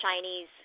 Chinese